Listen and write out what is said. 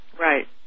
Right